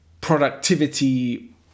productivity